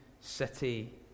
city